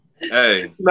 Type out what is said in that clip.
Hey